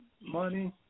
money